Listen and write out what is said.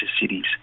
cities